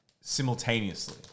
simultaneously